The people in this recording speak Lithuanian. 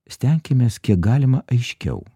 stenkimės kiek galima aiškiau